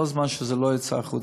כל זמן שזה לא יצא החוצה.